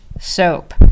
soap